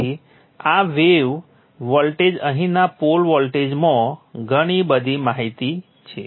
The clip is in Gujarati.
તેથી આ વેવ વોલ્ટેજ અહીંના પોલ વોલ્ટેજમાં ઘણી બધી માહિતી છે